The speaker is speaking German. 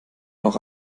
noch